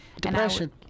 Depression